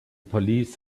police